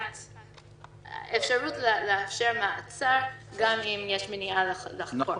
אפשרות לאפשר מעצר גם אם יש מניעה לחקור.